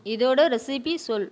இதோடய ரெசிபி சொல்